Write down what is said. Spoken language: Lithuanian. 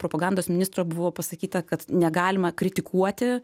propagandos ministro buvo pasakyta kad negalima kritikuoti